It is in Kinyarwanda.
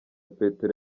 petero